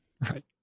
right